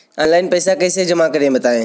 Online पैसा कैसे जमा करें बताएँ?